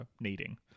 needing